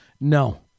No